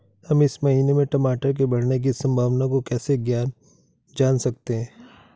हम इस महीने में टमाटर के बढ़ने की संभावना को कैसे जान सकते हैं?